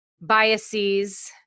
biases